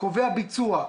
קובע ביצוע,